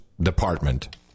Department